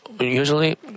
usually